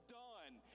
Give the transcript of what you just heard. done